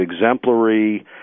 exemplary